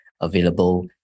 available